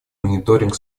мониторинг